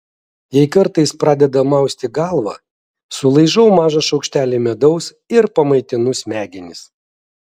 jei kartais pradeda mausti galvą sulaižau mažą šaukštelį medaus ir pamaitinu smegenis